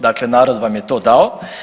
Dakle, narod vam je to dao.